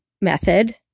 method